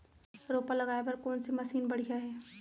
रोपा लगाए बर कोन से मशीन बढ़िया हे?